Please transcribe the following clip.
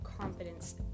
confidence